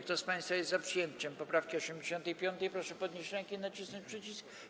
Kto z państwa jest za przyjęciem poprawki 85., proszę podnieść rękę i nacisnąć przycisk.